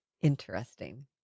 Interesting